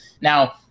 Now